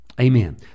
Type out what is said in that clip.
Amen